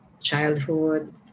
childhood